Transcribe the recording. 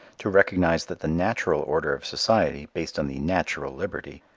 to recognize that the natural order of society, based on the natural liberty,